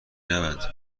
نبند